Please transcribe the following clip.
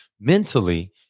mentally